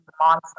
monster